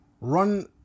run